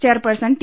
chairperson T